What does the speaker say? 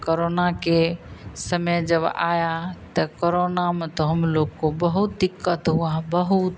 corona के समय जब आया तो करोना में तो हम लोग को बहुत दिक़्क़त हुई बहुत